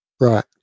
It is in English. Right